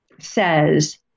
says